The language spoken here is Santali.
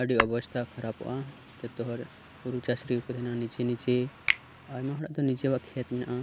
ᱟᱹᱰᱤ ᱚᱵᱚᱥᱛᱷᱟ ᱠᱷᱟᱨᱟᱯᱚᱜᱼᱟ ᱡᱚᱛᱚ ᱦᱚᱲ ᱦᱩᱲᱩ ᱪᱟᱥ ᱨᱮᱜᱮ ᱠᱚ ᱛᱟᱦᱮᱸ ᱱᱟ ᱱᱤᱡᱮ ᱱᱤᱡᱮ ᱟᱭᱢᱟ ᱦᱚᱲᱟᱜ ᱫᱚ ᱱᱤᱡᱮᱣᱟᱜ ᱠᱷᱮᱛ ᱢᱮᱱᱟᱜᱼᱟ